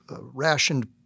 rationed